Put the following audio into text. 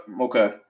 okay